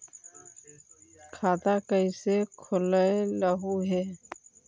खाता कैसे खोलैलहू हे?